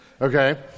okay